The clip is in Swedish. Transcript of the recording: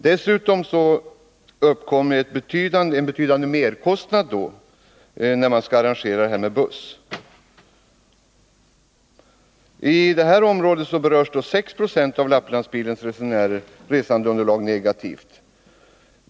Dessutom uppkommer en betydande merkostnad när man skall arrangera resandet med buss. I det här området berörs 6 20 av Lapplandspilens resandeunderlag negativt.